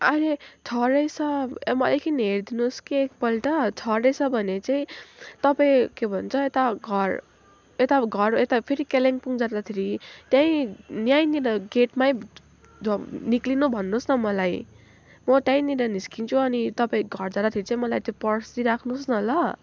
अहिले छ रहेछ म एकछिन हेरिदिनुस् कि एकपल्ट छ रहेछ भने चाहिँ तपाईँ के भन्छ यता घर यता घर यता फेरि कालिम्पोङ जाँदाखेरि त्यहीँ यहीँनिर गेटमै निक्लिनु भन्नुहोस् न मलाई म त्यहीँनिर निस्किन्छु अनि तपाईँ घर जाँदाखेरि चाहिँ मलाई त्यो पर्स दिई राख्नुहोस् न ल